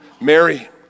Mary